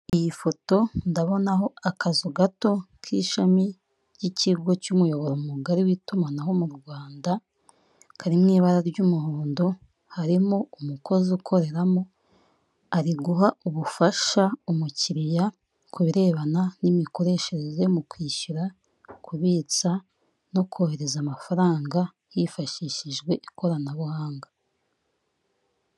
Iyi foto ndabona akazu gato k'ishami ry'ikigo cy'umuyobozi mugari w'itumanaho mu Rwanda, karimo ibara ry'umuhondo harimo umukozi ukoreramo, ari guha ubufasha umukiriya ku birebana n'imikoreshereze mu kwishyura, kubitsa no kohereza amafaranga hifashishijwe ikoranabuhanga.